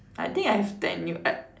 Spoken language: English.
I think I have tell you uh